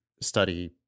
study